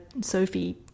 Sophie